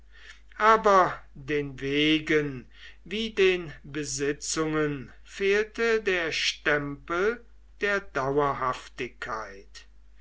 aber den wegen wie den besitzungen fehlte der stempel der dauerhaftigkeit